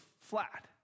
flat